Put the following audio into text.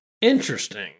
Interesting